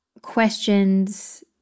questions